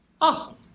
Awesome